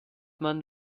man